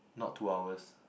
not two hours